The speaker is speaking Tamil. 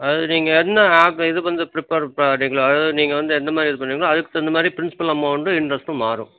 அது நீங்கள் என்ன ஆப் இது வந்து ப்ரிப்பேர் பண்ணிங்களோ அதாவது நீங்கள் வந்து எந்த மாதிரி இது பண்ணுவிங்களோ அதுக்கு தகுந்த மாதிரி ப்ரின்சிபல் அமௌண்ட்டும் இன்ட்ரெஸ்ட்டும் மாறும்